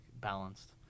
balanced